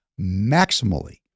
maximally